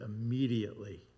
immediately